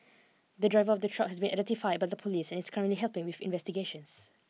the driver of the truck has been identified by the police and is currently helping with investigations